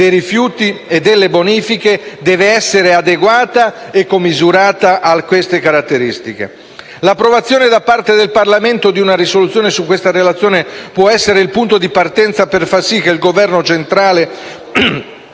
dei rifiuti e delle bonifiche deve essere adeguata e commisurata a queste caratteristiche. L'approvazione, da parte del Parlamento, di una risoluzione su questa relazione può essere il punto di partenza per far sì che Governo centrale,